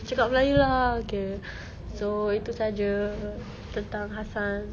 cakap melayu lah okay so itu saja tentang hassan